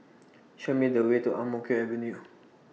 Show Me The Way to Ang Mo Kio Avenue